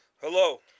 Hello